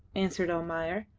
answered almayer,